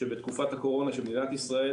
שבתקופת הקורונה כשמדינת ישראל